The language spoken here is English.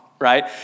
right